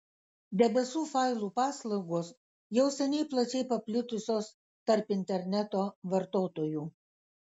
debesų failų paslaugos jau seniai plačiai paplitusios tarp interneto vartotojų